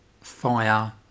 fire